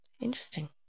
Interesting